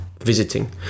visiting